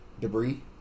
debris